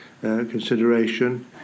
consideration